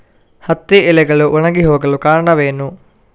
ಹತ್ತಿ ಎಲೆಗಳು ಒಣಗಿ ಹೋಗಲು ಕಾರಣವೇನು?